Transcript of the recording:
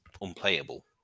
unplayable